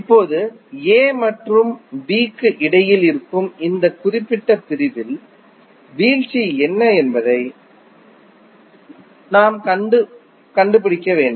இப்போது A மற்றும் B க்கு இடையில் இருக்கும் இந்த குறிப்பிட்ட பிரிவில் வீழ்ச்சி என்ன என்பதை நாம் காண வேண்டும்